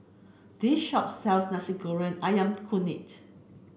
this shop sells Nasi Goreng Ayam Kunyit